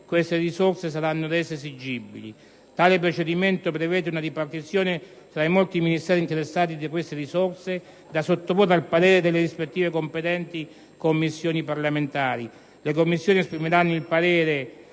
queste risorse saranno rese esigibili. Tale procedimento prevede una ripartizione tra molti Ministeri destinatari di queste risorse, da sottoporre al parere delle competenti Commissioni parlamentari. Le Commissioni esprimeranno il parere